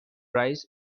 rice